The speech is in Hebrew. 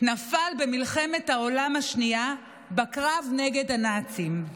נפל במלחמת העולם השנייה בקרב נגד נאצים.